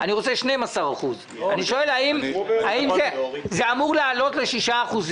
אני רוצה 12%. אני שואל האם זה אמור לעלות ל-6%.